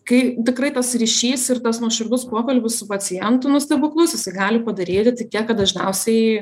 kai tikrai tas ryšys ir tas nuoširdus pokalbis su pacientu nu stebuklus jisai gali padaryti tik tiek kad dažniausiai